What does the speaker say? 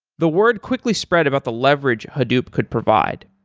the word quickly spread about the leverage hadoop could provide.